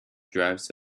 drives